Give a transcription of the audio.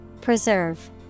Preserve